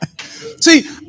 See